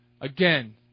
Again